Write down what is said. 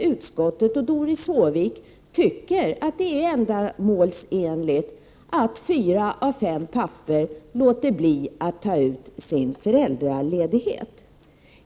Utskottet och Doris Håvik tycker alltså att det är ändamålsenligt att fyra av fem pappor låter bli att ta ut sin föräldraledighet.